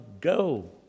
go